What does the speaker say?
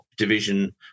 division